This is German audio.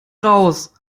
raus